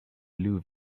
blue